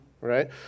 right